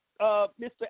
Mr